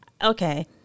Okay